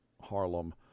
Harlem